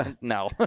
No